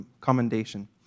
commendation